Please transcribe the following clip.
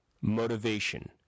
Motivation